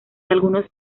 algunos